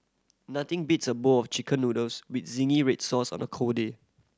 nothing beats a bowl of Chicken Noodles with zingy red sauce on a cold day